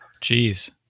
Jeez